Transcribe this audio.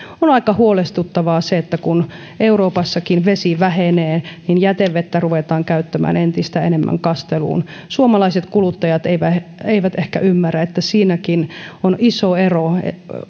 on aika huolestuttavaa se kun euroopassakin vesi vähenee niin jätevettä ruvetaan käyttämään entistä enemmän kasteluun suomalaiset kuluttajat eivät ehkä ymmärrä että siinäkin on iso ero